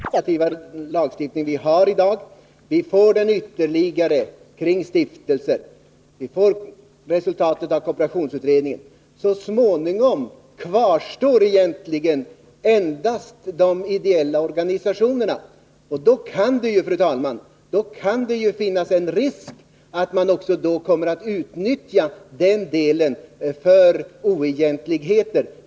Fru talman! Jag tyckte inte att det sista Lennart Andersson sade skall stå helt oemotsagt. Konsekvensen av Lennart Anderssons resonemang kan bli ödesdiger. Den associativa lagstiftning vi i dag har kan småningom komma att omfatta också stiftelser. Vi har också att vänta förslag från kooperationsutredningen. Och sedan skulle egentligen bara kvarstå de ideella organisationerna. Då kan det, fru talman, finnas en risk att frånvaron av lagstiftning på detta område utnyttjas för ekonomiska oegentligheter.